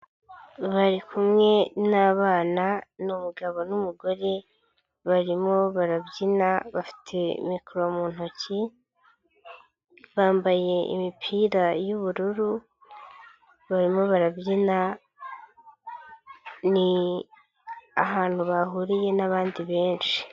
Bari kumwe n'abana ni umugabo n'umugore barimo barabyina bafite mikoro mu ntoki, bambaye imipira y'ubururu barimo barabyina ni ahantu bahuriye n'abandi benshi.